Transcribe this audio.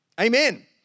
Amen